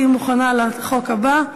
תהיי מוכנה לחוק הבא,